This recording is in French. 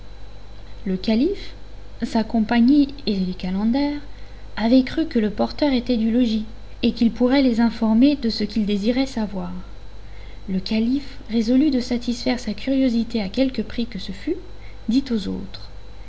le calife sa compagnie et les calenders avaient cru que le porteur était du logis et qu'il pourrait les informer de ce qu'ils désiraient savoir le calife résolu de satisfaire sa curiosité à quelque prix que ce fût dit aux autres